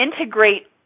integrate